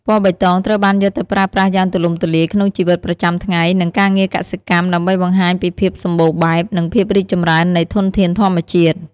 ពណ៌បៃតងត្រូវបានយកទៅប្រើប្រាស់យ៉ាងទូលំទូលាយក្នុងជីវិតប្រចាំថ្ងៃ និងការងារកសិកម្ម ដើម្បីបង្ហាញពីភាពសម្បូរបែប និងភាពរីកចម្រើននៃធនធានធម្មជាតិ។